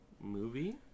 movie